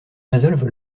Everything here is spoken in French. résolvent